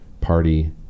party